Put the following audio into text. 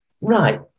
Right